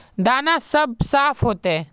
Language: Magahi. दाना सब साफ होते?